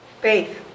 Faith